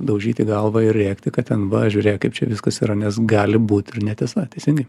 daužyti galvą ir rėkti kad ten va žiūrėk kaip čia viskas yra nes gali būt ir neteisa teisingai